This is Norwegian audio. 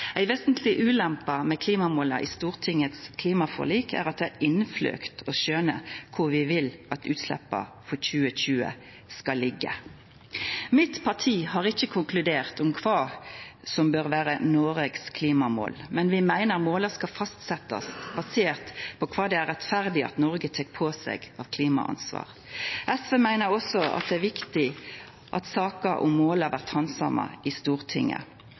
Ei vesentleg ulempe med klimamåla i Stortingets klimaforlik er at det er innfløkt å skjøna kvar vi vil at utsleppa for 2020 skal liggja. Mitt parti har ikkje konkludert om kva som bør vera Noregs klimamål, men vi meiner måla skal fastsetjast basert på kva det er rettferdig at Noreg tek på seg av klimaansvar. SV meiner også at det er viktig at saker om måla blir handsama i Stortinget.